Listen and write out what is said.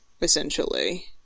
essentially